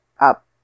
up